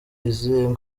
izihe